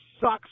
sucks